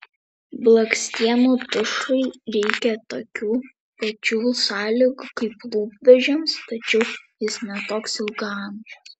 blakstienų tušui reikia tokių pačių sąlygų kaip lūpdažiams tačiau jis ne toks ilgaamžis